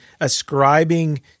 ascribing